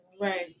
right